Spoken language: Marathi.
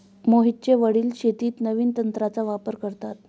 मोहितचे वडील शेतीत नवीन तंत्राचा वापर करतात